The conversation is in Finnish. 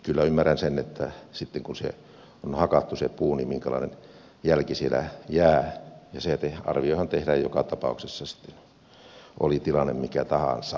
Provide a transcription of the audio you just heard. kyllä ymmärrän sen minkälainen jälki siellä jää sitten kun se puu on hakattu sipuli minkälainen jälki siitä jää ja se arviohan tehdään joka tapauksessa sitten oli tilanne mikä tahansa